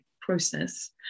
process